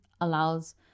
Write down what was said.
allows